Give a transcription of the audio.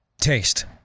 Taste